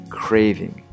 craving